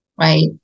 right